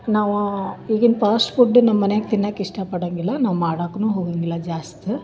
ನಾವು ಈಗಿನ ಪಾಸ್ಟ್ಫುಡ್ ನಮ್ಮನ್ಯಾಗ ತಿನ್ನಾಕೆ ಇಷ್ಟಪಡಂಗಿಲ್ಲ ನಾವು ಮಾಡಾಕ್ನು ಹೋಗಂಗಿಲ್ಲ ಜಾಸ್ತಿ